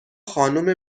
خانم